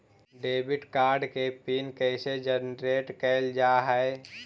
Debit card के pin कैसे generate करल जाहै?